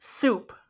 soup